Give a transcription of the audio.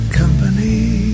company